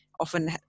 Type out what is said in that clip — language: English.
often